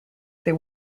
they